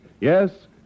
Yes